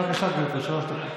בבקשה, גברתי, שלוש דקות.